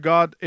God